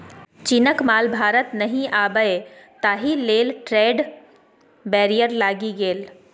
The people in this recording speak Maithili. चीनक माल भारत नहि आबय ताहि लेल ट्रेड बैरियर लागि गेल